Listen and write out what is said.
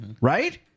right